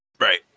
Right